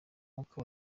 nkuko